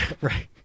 Right